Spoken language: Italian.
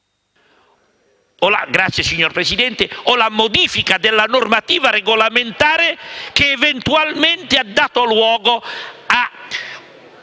Grazie, signor Presidente.